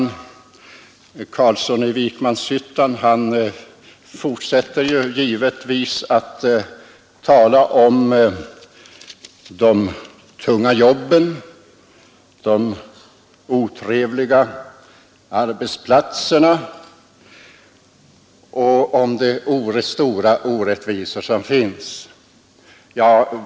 Herr Carlsson i Vikmanshyttan fortsätter givetvis att tala om de tunga jobben och de otrevliga arbetsplatserna och om de stora orättvisor som finns.